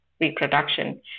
reproduction